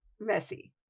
messy